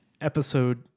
episode